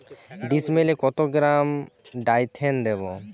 ডিস্মেলে কত gram Dithane দেবো?